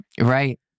right